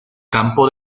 campo